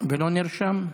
ולא נרשם?